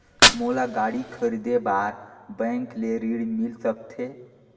मोला गाड़ी खरीदे बार बैंक ले ऋण मिल सकथे?